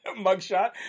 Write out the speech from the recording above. mugshot